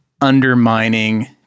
undermining